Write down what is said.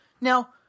Now